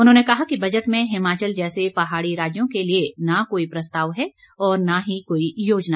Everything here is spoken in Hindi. उन्होंने कहा कि बजट में हिमाचल जैसे पहाड़ी राज्यों के लिए न कोई प्रस्ताव है न ही कोई योजना